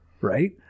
Right